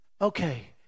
okay